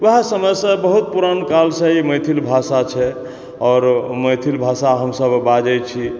वएह समय सॅं बहुत पुरान काल सॅं ई मैथिल भाषा छै आओर मैथिल भाषा हमसब बाजै छी